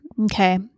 Okay